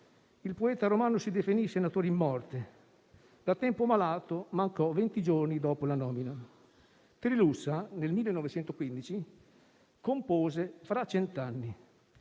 il poeta romano si definì senatore in morte; da tempo malato, mancò venti giorni dopo la nomina. Nel 1915 Trilussa compose «Fra cent'anni»,